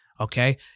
Okay